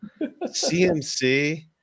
CMC